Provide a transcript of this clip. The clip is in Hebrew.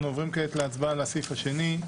אנחנו עוברים כעת להצבעה על הסעיף השני,